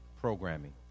programming